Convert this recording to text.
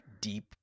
deep